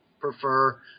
prefer